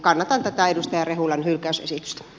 kannatan edustaja rehulan hylkäysesitystä